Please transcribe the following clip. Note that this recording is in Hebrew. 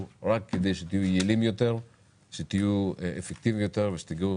כדי שתהיו יעילים ואפקטיביים יותר ושתגיעו